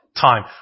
time